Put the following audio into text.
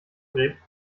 gräbt